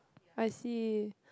I see